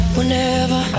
Whenever